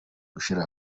gushyira